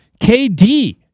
KD